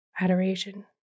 adoration